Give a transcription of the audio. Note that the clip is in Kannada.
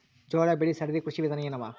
ಜೋಳ ಬೆಳಿ ಸರದಿ ಕೃಷಿ ವಿಧಾನ ಎನವ?